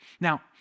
Now